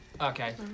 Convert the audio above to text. okay